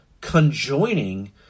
conjoining